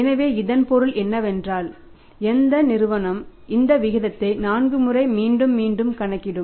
எனவே இதன் பொருள் என்னவென்றால் நிறுவனம் இந்த விகிதத்தை 4 முறை மீண்டும் மீண்டும் கணக்கிடும்